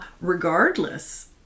regardless